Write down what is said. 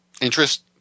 interest